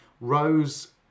Rose